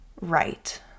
right